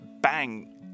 bang